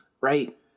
right